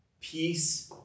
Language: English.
peace